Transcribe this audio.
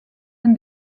and